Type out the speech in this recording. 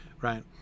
Right